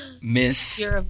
miss